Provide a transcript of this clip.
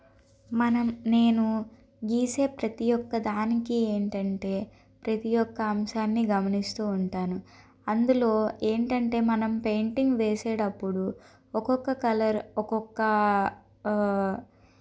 మనం నేను గీసే ప్రతి ఒక్క దానికి ఏంటంటే ప్రతి ఒక్క అంశాన్ని గమనిస్తూ ఉంటాను అందులో ఏంటంటే మనం పెయింటింగ్ వేసేటప్పుడు ఒకొక్క కలర్ ఒకొక్క